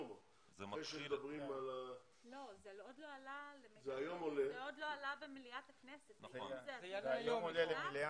לא, זה עוד לא עלה במליאת הכנסת, למיטב ידיעתי.